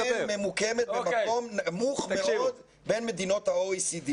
ישראל ממוקמת במקום נמוך מאוד בין מדינות ה-OECD